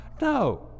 No